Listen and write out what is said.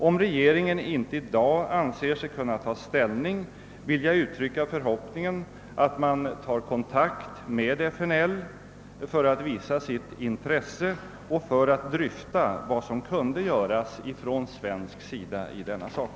Om regeringen inte i dag anser sig kunna ta ställning, vill jag uttrycka förhoppningen att man tar kontakt med FNL för att visa sitt intresse och för att dryfta vad som kunde göras från svensk sida i denna sak.